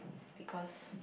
because